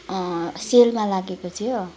अँ सेलमा लागेको थियो